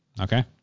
okay